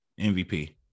mvp